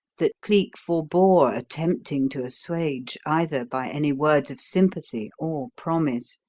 that cleek forbore attempting to assuage either by any words of sympathy or promise.